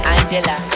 Angela